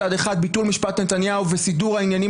מצד אחד ביטול משפט נתניהו וסידור העניינים